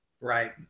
Right